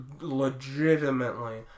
legitimately